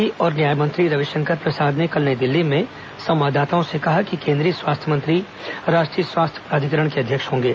विधि और न्याय मंत्री रविशंकर प्रसाद ने कल नई दिल्ली में संवाददाताओं से कहा कि केन्द्रीय स्वास्थ्य मंत्री राष्ट्रीय स्वास्थ्य प्राधिकरण के अध्यक्ष होंगे